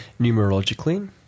numerologically